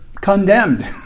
condemned